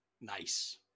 Nice